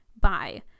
bye